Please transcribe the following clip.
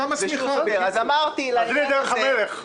אז צריך חקיקה מסמיכה, זו דרך המלך.